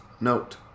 Note